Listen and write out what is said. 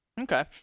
Okay